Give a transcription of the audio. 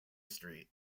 street